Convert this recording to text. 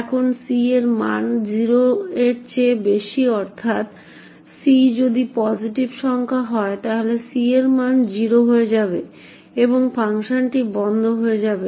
এখন যদি c এর মান 0 এর চেয়ে বেশি হয় অর্থাৎ c যদি পসিটিভ সংখ্যা হয় তাহলে c এর মান 0 হয়ে যাবে এবং ফাংশনটি বন্ধ হয়ে যাবে